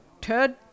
Ted